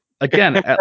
again